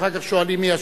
אחר כך שואלים מי אשם.